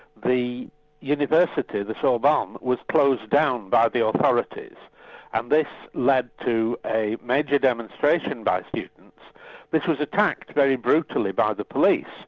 the university, the sorbonne, so ah but um was closed down by the authorities and this led to a major demonstration by students which was attacked very brutally by the police,